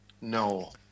no